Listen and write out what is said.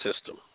system